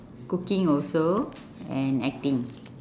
cooking also and acting